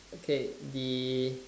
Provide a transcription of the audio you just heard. okay the